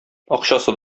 акчасы